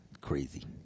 crazy